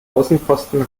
außenposten